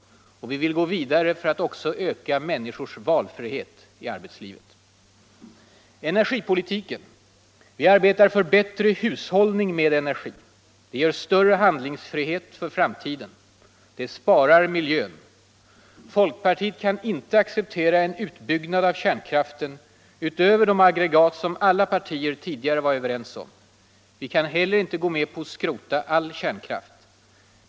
Vi vill gå vidare för att också öka människors valfrihet i arbetslivet. Energipolitiken: Vi arbetar för bättre hushållning med energi. Det ger större handlingsfrihet för framtiden. Det sparar miljön. Folkpartiet kan inte acceptera en utbyggnad av kärnkraften utöver de aggregat som alla partier tidigare var överens om. Vi kan inte heller gå med på att skrota all kärnkraft.